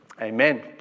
Amen